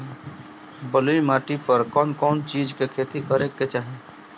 बलुई माटी पर कउन कउन चिज के खेती करे के चाही?